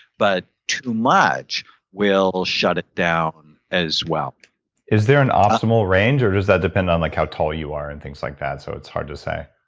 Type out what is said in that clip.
but too much will will shut it down as well is there an optimal range or does that depend on like how tall you are and things like that, so it's hard to say?